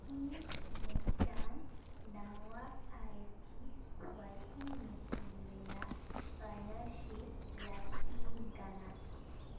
ᱤᱧ ᱢᱤᱫᱴᱟᱝ ᱱᱟᱣᱟ ᱟᱭᱡᱤ ᱳᱣᱟᱥᱤᱝ ᱢᱮᱥᱤᱱ ᱨᱮᱭᱟᱜ ᱯᱟᱹᱱᱟᱹᱨᱥᱤ ᱞᱟᱹᱠᱛᱤ ᱤᱧ ᱠᱟᱱᱟ